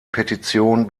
petition